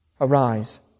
Arise